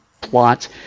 plot